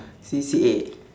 C_C_A